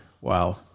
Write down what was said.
Wow